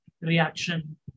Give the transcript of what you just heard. reaction